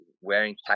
wearing